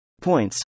Points